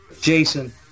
jason